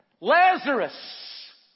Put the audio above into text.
Lazarus